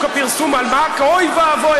אוי ואבוי,